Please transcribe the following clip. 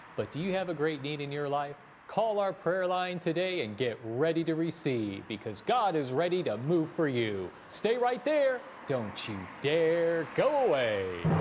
but do you have a great need in your life? call our prayer line today and get ready to receive because god is ready to move for you! stay right there don't you dare go away!